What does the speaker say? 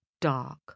dark